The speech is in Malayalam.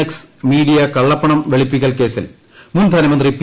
എക്സ് മീഡിയ കള്ളപ്പണം വെളുപ്പിക്കൽ കേസിൽ മുൻ ധനമന്ത്രി പി